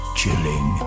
chilling